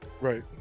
right